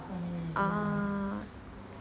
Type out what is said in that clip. ah